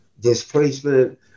displacement